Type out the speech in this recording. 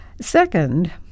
Second